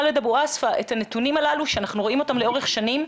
ח'אלד אבו עסבה את הנתונים הללו שאנחנו רואים לאורך השנים.